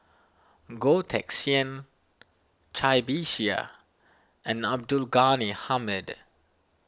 Goh Teck Sian Cai Bixia and Abdul Ghani Hamid